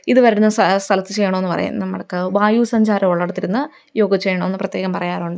ഇതു വരുന്ന സ്ഥലത്ത് ചെയ്യണമെന്നു പറയും നമ്മള്ക്കു വായു സഞ്ചാരമുള്ളടത്തിരുന്ന് യോഗ ചെയ്യണമെന്നു പ്രത്യേകം പറയാറുണ്ട്